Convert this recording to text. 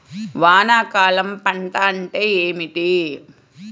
వానాకాలం పంట అంటే ఏమిటి?